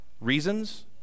Reasons